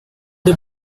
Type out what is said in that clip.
the